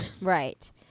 Right